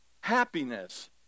happiness